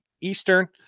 Eastern